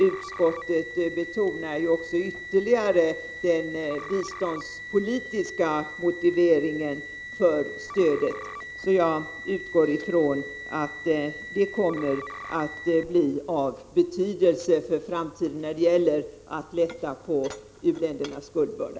Utskottet betonar också ytterligare den biståndspolitiska motiveringen för stödet. Jag utgår ifrån att det kommer att bli av betydelse för framtiden när det gäller att lätta på u-ländernas skuldbörda.